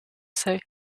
say